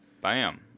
bam